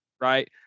right